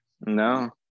no